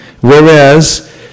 Whereas